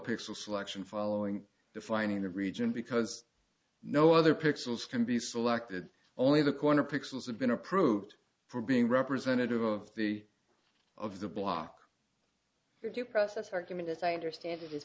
pixel selection following defining a region because no other pixels can be selected only the corner pixels have been approved for being representative of the of the block your due process argument as i understand it is